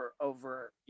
over